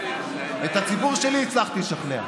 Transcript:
את הציבור שלי הצלחתי לשכנע.